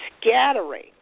scattering